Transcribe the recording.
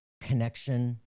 connection